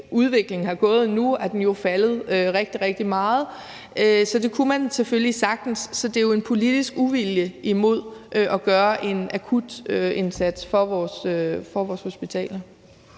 udviklingen har været til nu, er den jo faldet rigtig meget, så de penge kunne man selvfølgelig sagtens bruge. Så det er en politisk uvilje imod at gøre en akutindsats for vores hospitaler.